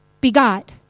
begot